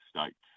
states